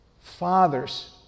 Fathers